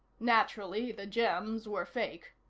naturally, the gems were fake.